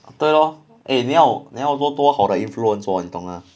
对 lor 你要多多好地 influence 我你懂吗